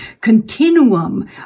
continuum